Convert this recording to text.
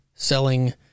selling